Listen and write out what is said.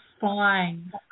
fine